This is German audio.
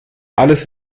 alles